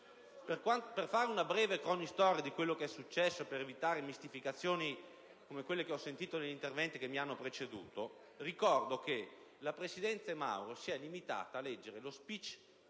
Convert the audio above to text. Per fare una breve cronistoria di ciò che è successo e per evitare mistificazioni come quelle che ho sentito negli interventi che mi hanno preceduto, ricordo che la presidente Mauro si è limitata a leggere lo *speech*